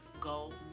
go